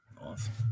awesome